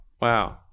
Wow